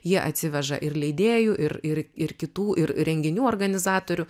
jie atsiveža ir leidėjų ir ir ir kitų ir renginių organizatorių